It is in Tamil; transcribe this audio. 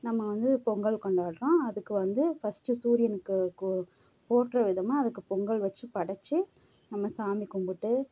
நம்ம வந்து பொங்கல் கொண்டாடுறோம் அதுக்கு வந்து ஃபஸ்ட்டு சூரியனுக்கு கோ போற்றும் விதமாக அதுக்கு பொங்கல் வெச்சு படச்சு நம்ம சாமி கும்பிட்டு